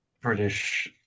British